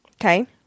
Okay